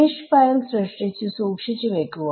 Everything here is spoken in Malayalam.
മെഷ് ഫയൽ സൃഷ്ടിച്ചു സൂക്ഷിച്ചു വെക്കുക